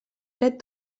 dret